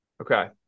Okay